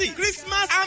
Christmas